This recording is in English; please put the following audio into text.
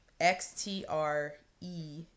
X-T-R-E